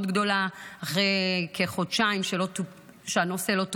גדולה אחרי כחודשיים שהנושא לא טופל.